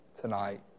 tonight